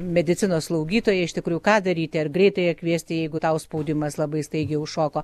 medicinos slaugytoja iš tikrųjų ką daryti ar greitąją kviesti jeigu tau spaudimas labai staigiai užšoko